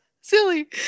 silly